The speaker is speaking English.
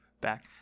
back